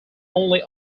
only